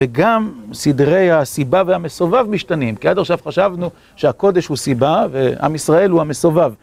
וגם סדרי הסיבה והמסובב משתנים, כי עד עכשיו חשבנו שהקודש הוא סיבה ועם ישראל הוא המסובב.